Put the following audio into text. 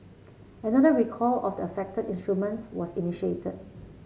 another recall of the affected instruments was initiated